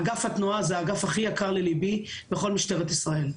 אגף התנועה הוא האגף הכי יקר לליבי בכל משטרת ישראל.